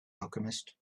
alchemist